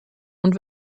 und